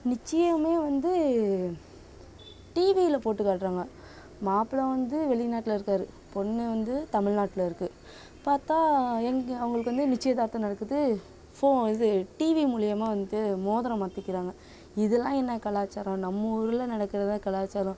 நிச்சியமே வந்து டிவியில் போட்டு காட்டுறாங்க மாப்ளை வந்து வெளிநாட்டில் இருக்கார் பொண்ணு வந்து தமிழ்நாட்டில் இருக்குது பார்த்தா எங்கே அவங்களுக்கு வந்து நிச்சயதார்த்தம் நடக்குது ஃபோ இது டிவி மூலிமா வந்து மோதிரம் மாற்றிக்குறாங்க இதலாம் என்ன கலாச்சாரம் நம்ம ஊரில் நடக்கிறது தான் கலாச்சாரம்